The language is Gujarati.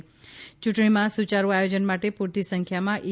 યૂંટણીનાં સુચારું આયોજન માટે પૂરતી સંખ્યામાં ઇ